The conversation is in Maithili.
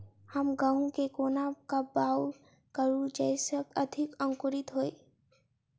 हम गहूम केँ कोना कऽ बाउग करू जयस अधिक अंकुरित होइ?